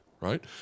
right